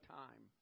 time